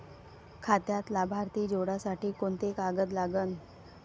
खात्यात लाभार्थी जोडासाठी कोंते कागद लागन?